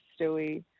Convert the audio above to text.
Stewie